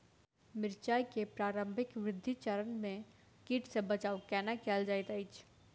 मिर्चाय केँ प्रारंभिक वृद्धि चरण मे कीट सँ बचाब कोना कैल जाइत अछि?